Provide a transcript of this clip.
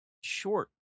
Short